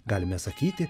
galime sakyti